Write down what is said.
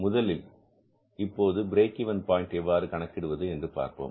முதலில் இப்போது break even point எவ்வாறு கணக்கிடுவது என்று பார்ப்போம்